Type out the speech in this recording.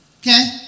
Okay